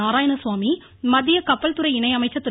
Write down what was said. நாராயணசுவாமி மத்திய கப்பல்துறை இணை அமைச்சர் திரு